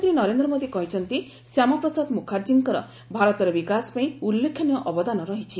ପ୍ରଧାନମନ୍ତ୍ରୀ ନରେନ୍ଦ୍ର ମୋଦି କହିଛନ୍ତି ଶ୍ୟାମାପ୍ରସାଦ ମୁଖାର୍ଜୀଙ୍କର ଭାରତର ବିକାଶ ପାଇଁ ଉଲ୍ଲେଖନୀୟ ଅବଦାନ ରହିଛି